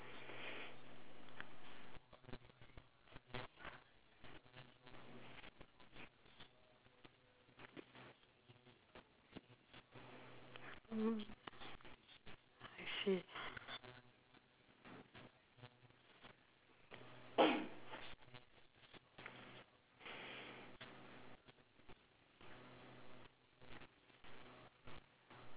I see